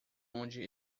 onde